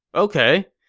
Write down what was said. ok.